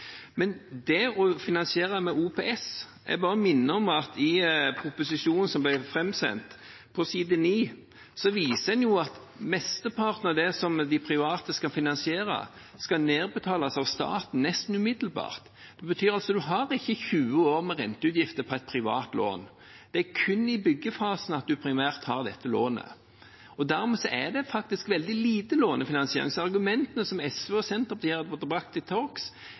Men når det gjelder det å finansiere med OPS, bare minner jeg om at i proposisjonen, på side 9, viser en jo at mesteparten av det som de private skal finansiere, skal nedbetales av staten nesten umiddelbart. Det betyr altså at en ikke har 20 år med renteutgifter på et privat lån. Det er kun i byggefasen en primært har dette lånet. Dermed er det faktisk veldig lite lånefinansiering. Så argumentene som SV og Senterpartiet har brakt til